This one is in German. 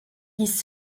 dies